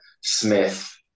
Smith